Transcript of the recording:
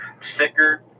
sicker